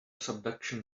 subduction